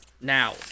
now